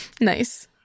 Nice